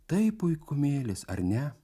tai puikumėlis ar ne